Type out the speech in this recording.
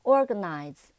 Organize